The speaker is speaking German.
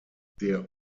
der